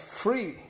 free